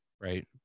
right